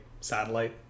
satellite